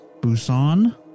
Busan